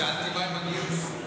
שאלתי מה עם הגיוס.